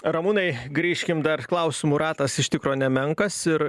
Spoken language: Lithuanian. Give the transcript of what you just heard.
ramūnai grįžkim dar klausimų ratas iš tikro nemenkas ir